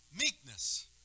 meekness